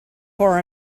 for